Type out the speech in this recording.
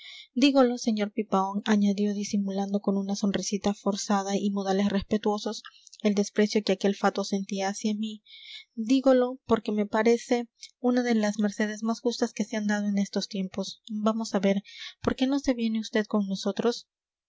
dígolo sr pipaón añadió disimulando con una sonrisita forzada y modales respetuosos el desprecio que aquel fatuo sentía hacia mí dígolo porque me parece una de las mercedes más justas que se han dado en estos tiempos vamos a ver por qué no se viene vd con nosotros